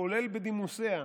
כולל בדימוסיה,